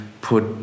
put